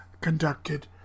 conducted